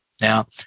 Now